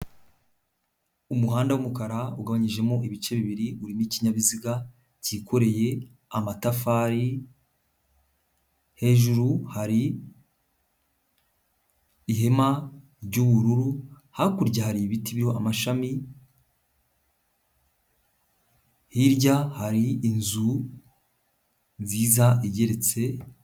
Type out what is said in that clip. Umuhanda w'umukara ugabanyijemo ibice bibiri, urimo ikinyabiziga cyikoreye amatafari, hejuru hari ihema ry'ubururu, hakurya hari ibiti biriho amashami, hirya hari inzu nziza igeretse.